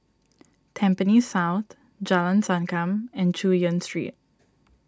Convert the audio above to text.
Tampines South Jalan Sankam and Chu Yen Street